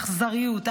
האכזריות,